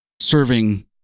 serving